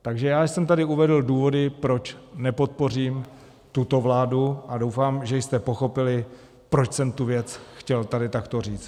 Takže já jsem tady uvedl důvody, proč nepodpořím tuto vládu, a doufám, že jste pochopili, proč jsem tu věc chtěl tady takto říct.